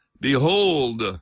Behold